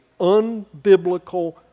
unbiblical